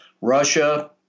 Russia